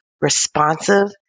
responsive